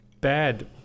bad